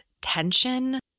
tension